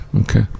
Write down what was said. okay